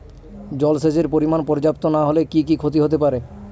জলসেচের পরিমাণ পর্যাপ্ত না হলে কি কি ক্ষতি হতে পারে?